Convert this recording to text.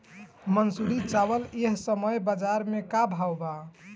मंसूरी चावल एह समय बजार में का भाव बा?